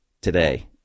today